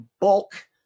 bulk